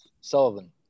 Sullivan